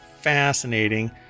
fascinating